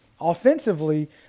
offensively